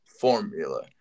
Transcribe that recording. formula